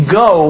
go